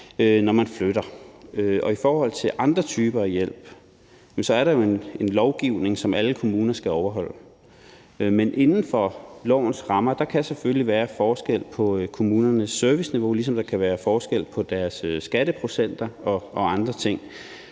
når man flytter. Og i forhold til andre typer af hjælp er der jo en lovgivning, som alle kommuner skal overholde, men inden for lovens rammer kan der selvfølgelig være forskel på kommunernes serviceniveau, ligesom der kan være forskel på deres skatteprocenter og andre ting.